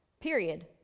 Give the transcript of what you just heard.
period